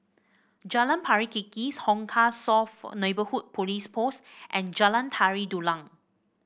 Jalan Pari Kikis Hong Kah South Neighbourhood Police Post and Jalan Tari Dulang